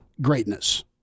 greatness